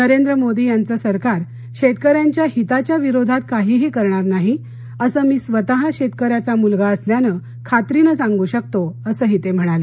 नरेंद्र मोदी यांचं सरकार शेतकऱ्यांच्या हिताच्या विरोधात काहीही करणार नाही असं मी स्वतः शेतकऱ्याचा मुलगा असल्यानं खात्रीनं सांगू शकतो असंही ते म्हणाले